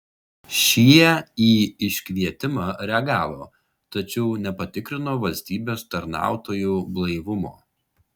šie į iškvietimą reagavo tačiau nepatikrino valstybės tarnautojų blaivumo